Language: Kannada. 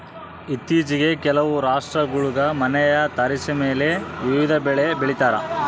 ಇತ್ತೀಚಿಗೆ ಕೆಲವು ರಾಷ್ಟ್ರಗುಳಾಗ ಮನೆಯ ತಾರಸಿಮೇಲೆ ವಿವಿಧ ಬೆಳೆ ಬೆಳಿತಾರ